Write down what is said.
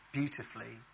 beautifully